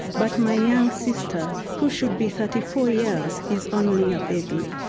but my young sister, who should be thirty four years is only a baby.